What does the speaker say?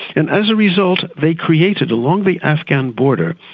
and as a result they created along the afghan border,